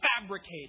fabricated